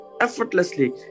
effortlessly